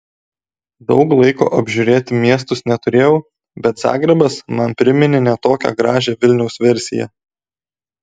daug laiko apžiūrėti miestus neturėjau bet zagrebas man priminė ne tokią gražią vilniaus versiją